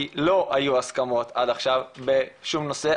כי לא היו הסכמות עד עכשיו בשום נושא.